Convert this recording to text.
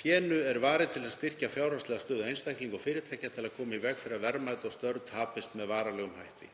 Fénu er varið til að styrkja fjárhagslega stöðu einstaklinga og fyrirtækja til að koma í veg fyrir að verðmæti og störf tapist varanlega.